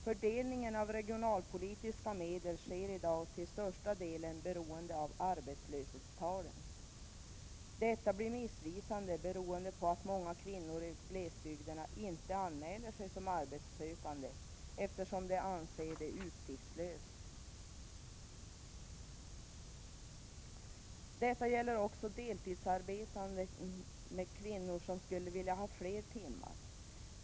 Fördelningen av regionalpolitiska medel sker i dag till största delen efter arbetslöshetstalen. Detta blir missvisande på grund av att många kvinnor i glesbygderna inte anmäler sig som arbetssökande eftersom de anser det utsiktslöst. Detsamma gäller deltidsarbetande kvinnor som skulle vilja ha fler timmar.